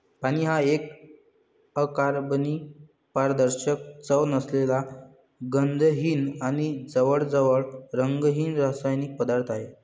पाणी हा एक अकार्बनी, पारदर्शक, चव नसलेला, गंधहीन आणि जवळजवळ रंगहीन रासायनिक पदार्थ आहे